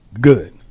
good